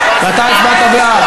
ואתה הצבעת בעד?